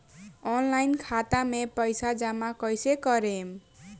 Online खाता मे पईसा जमा कइसे करेम?